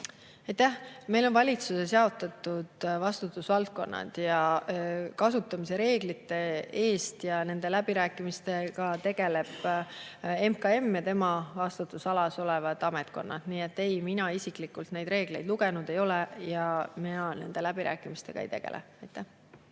Meil on valitsuses jaotatud vastutusvaldkonnad ja kasutamise reeglitega ning nende läbirääkimistega tegeleb MKM ja tema vastutusalas olevad ametkonnad. Nii et ei, mina isiklikult neid reegleid lugenud ei ole ja mina nende läbirääkimistega ei tegele.